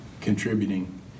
contributing